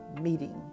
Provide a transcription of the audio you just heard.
meeting